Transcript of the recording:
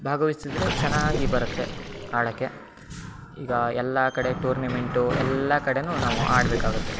ಭಾಗವಹಿಸಿದ್ರೆ ಚೆನ್ನಾಗಿ ಬರುತ್ತೆ ಆಡೋಕ್ಕೆ ಈಗ ಎಲ್ಲ ಕಡೆ ಟೂರ್ನಿಮೆಂಟು ಎಲ್ಲ ಕಡೆಯೂ ನಾವು ಆಡಬೇಕಾಗುತ್ತೆ